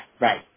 Right